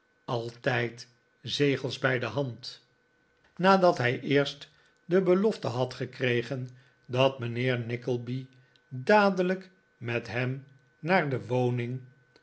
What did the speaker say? zegels bij de hand nadat hij eerst de b'elofte had verkregen dat mijnheer nickleby dadelijk met hem naar de woning